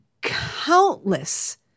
countless